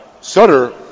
Sutter